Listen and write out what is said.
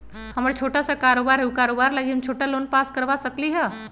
हमर छोटा सा कारोबार है उ कारोबार लागी हम छोटा लोन पास करवा सकली ह?